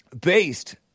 Based